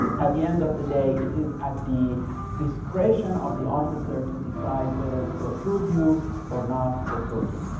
at the end of the day it is at the discretion of the officer to decide whether to approve you or not to approve you.